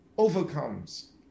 overcomes